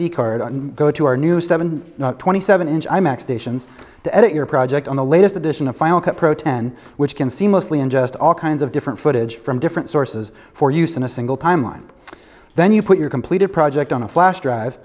d card and go to our new seven twenty seven inch imax stations to edit your project on the latest edition of final cut pro ten which can seamlessly and just all kinds of different footage from different sources for use in a single timeline then you put your completed project on a flash drive